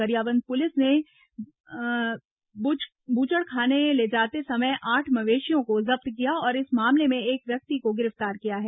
Gariaband police ने बूचड़खाना ले जाते समय साठ मवेशियों को जब्त किया और इस मामले में एक व्यक्ति को गिरफ्तार किया है